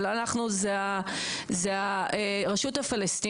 זה לא אנחנו זה הרשות הפלסטינית".